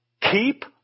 Keep